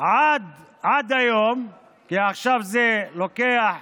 עד היום, כי עכשיו זה לוקח